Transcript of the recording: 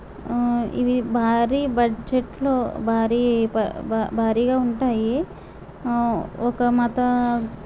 ఇది భారీ బడ్జెట్లో భారీ భారీగా ఉంటాయి ఒక మత